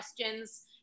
questions